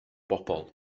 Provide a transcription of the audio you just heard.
bobl